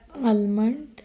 almond